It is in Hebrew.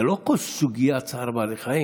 לא כל סוגיה היא סוגיית צער בעלי חיים,